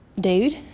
dude